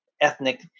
ethnic